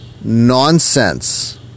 nonsense